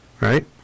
Right